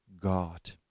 God